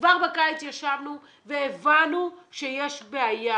כבר בקיץ ישבנו והבנו שיש בעיה,